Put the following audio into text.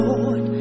Lord